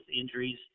injuries